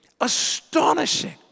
Astonishing